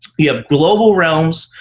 we have global realms.